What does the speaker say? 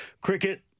Cricket